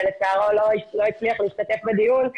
שלצערו לא הצליח להשתתף בדיון.